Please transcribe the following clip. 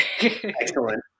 Excellent